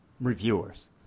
reviewers